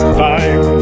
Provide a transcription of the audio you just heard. time